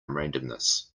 randomness